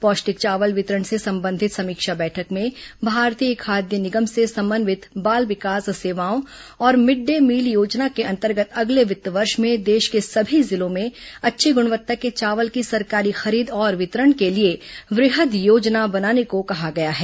पौष्टिक चावल वितरण से संबंधित समीक्षा बैठक में भारतीय खाद्य निगम से समन्वित बाल विकास सेवाओं और मिड डे मील योजना के अन्तर्गत अगले वित्त वर्ष में देश के सभी जिलों में अच्छी गुणवत्ता के चावल की सरकारी खरीद और वितरण के लिए वृहद योजना बनाने को कहा गया है